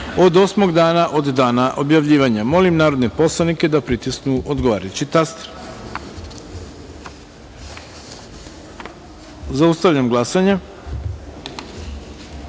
od osmog dana od dana objavljivanja. Molim narodne poslanike da pritisnu odgovarajući taster. Zaustavljam glasanje: